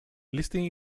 listing